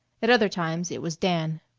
at other times it was dan.